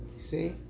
See